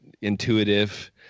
intuitive